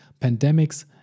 pandemics